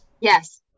Yes